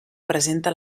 presenta